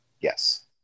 Yes